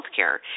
Healthcare